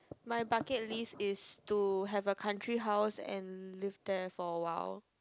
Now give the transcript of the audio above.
my bucket list is to have a country house and live there for a while